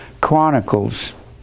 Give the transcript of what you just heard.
Chronicles